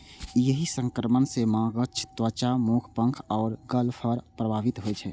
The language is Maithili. एहि संक्रमण सं माछक त्वचा, मुंह, पंख आ गलफड़ प्रभावित होइ छै